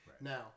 Now